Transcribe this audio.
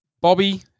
Bobby